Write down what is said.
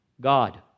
God